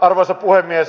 arvoisa puhemies